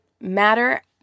matter